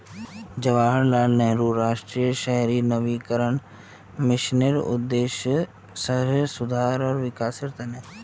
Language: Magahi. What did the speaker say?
जवाहरलाल नेहरू राष्ट्रीय शहरी नवीकरण मिशनेर उद्देश्य शहरेर सुधार आर विकासेर त न